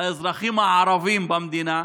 לאזרחים הערבים במדינה,